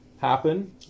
happen